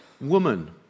Woman